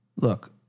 Look